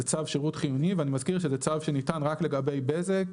זה צו שירות חיוני ואני מזכיר זה צו שניתן רק לגבי בזק,